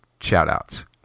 shout-outs